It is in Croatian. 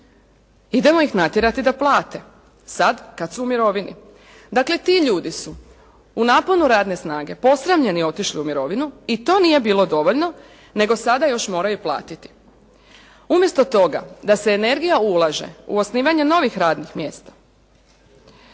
Idemo ih natjerati da plate sad kad su u mirovini. Dakle, ti ljudi su u naponu radne snage posramljeni otišli u mirovinu. I to nije bilo dovoljno nego sada još moraju platiti. Umjesto toga da se energija ulaže u osnivanje novih radnih mjesta